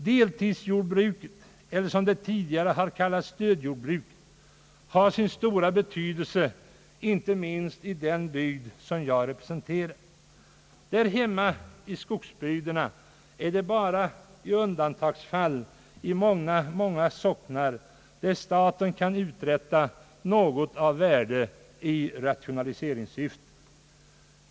Deltidsjordbruket eller, som det tidigare har kallts, stödjordbruket har sin stora betydelse inte minst i den bygd som jag representerar. Där hemma i skogsbygderna är det bara i undantagsfall staten kan uträtta: något av värde i rationaliseringssyfte.